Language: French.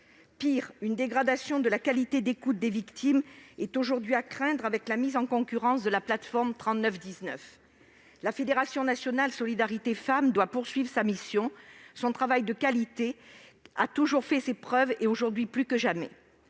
Pire, une dégradation de la qualité d'écoute des victimes est aujourd'hui à craindre avec la mise en concurrence de la plateforme 3919. La Fédération nationale Solidarité femmes doit poursuivre sa mission. Son travail de qualité a fait ses preuves depuis toujours, et aujourd'hui plus que jamais.